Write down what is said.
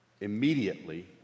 immediately